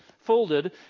folded